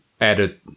added